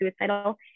suicidal